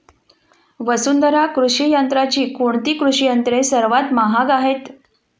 वसुंधरा कृषी यंत्राची कोणती कृषी यंत्रे सर्वात महाग आहेत?